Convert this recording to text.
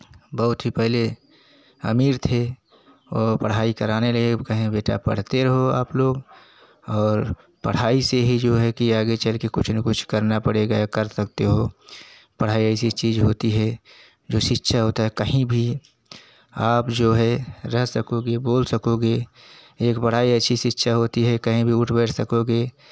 बहुत ही पहले अमीर थे और पढ़ाई करने के लिए कहें बेटा पढ़ते रहो आप लोग और पढ़ाई से ही जो है कि आगे चलके कुछ ना कुछ करना पड़ेगा या कर सकते हो पढ़ाई ऐसी चीज़ होती है जो शिक्षा होता है कहीं भी आप जो हैं रह सकोगे बोल सकोगे एक पढ़ाई ऐसी अच्छी शिक्षा होती है कहीं भी उठ बैठ सकोगे